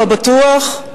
לא בטוח,